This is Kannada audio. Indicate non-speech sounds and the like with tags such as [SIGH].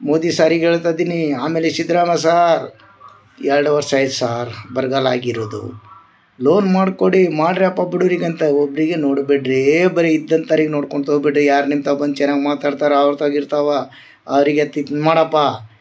ಮೋದಿ ಸಾರಿಗ ಹೇಳ್ತಾ ಅದೀನಿ ಆಮೇಲೆ ಸಿದ್ಧರಾಮಯ್ಯ ಸಾರ್ ಎರಡು ವರ್ಷ ಆಯ್ತ ಸಾರ್ ಬರಗಾಲ ಆಗಿರೋದು ಲೋನ್ ಮಾಡ್ಕೊಡಿ ಮಾಡಿರಪ್ಪ ಬಡುವ್ರಿಗ ಅಂತ ಒಬ್ಬರಿಗೆ ನೋಡ್ಬ್ಯಾಡ್ರೀ ಬರಿ ಇದ್ದಂತಾರಿಗ ನೋಡ್ಕೊಂತ ಹೋಗ್ಬ್ಯಾಡಿ ಯಾರ ನಿಮ್ಮ ತಾವು ಬಂದ ಚೆನ್ನಾಗಿ ಮಾತಾಡ್ತಾರೆ ಅವ್ರ ತಾವ ಇವ್ರ ತಾವ ಅವರಿಗೆ [UNINTELLIGIBLE] ಮಾಡಪ್ಪ